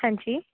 ਹਾਂਜੀ